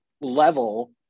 level